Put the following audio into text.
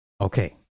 okay